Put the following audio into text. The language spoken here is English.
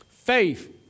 Faith